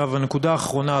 הנקודה האחרונה,